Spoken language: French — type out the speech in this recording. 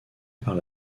par